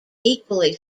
equally